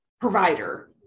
provider